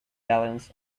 balance